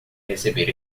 receber